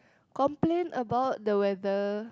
complain about the weather